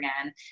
again